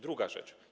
Druga rzecz.